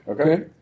Okay